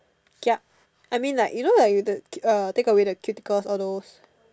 kiap I mean like you know like the you take away the cuticles all those